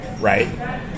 right